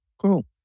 Cool